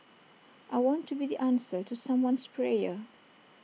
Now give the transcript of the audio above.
I want to be the answer to someone's prayer